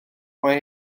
mae